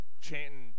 chanting